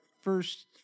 first